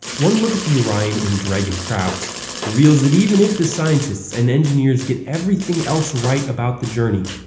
one look at the orion and dragon crafts reveals that even if the scientists and engineers get everything else right about the journey,